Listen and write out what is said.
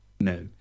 no